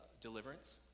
deliverance